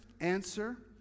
answer